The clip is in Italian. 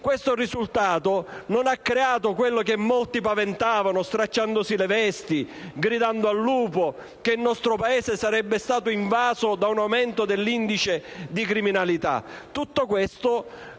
Paese e non ha creato quello che molti paventavano stracciandosi le vesti e gridando «al lupo!», cioè che il nostro Paese sarebbe stato invaso da un aumento dell'indice di criminalità.